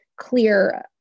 clear